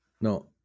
No